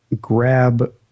grab